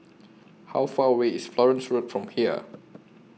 How Far away IS Florence Road from here